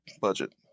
budget